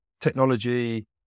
technology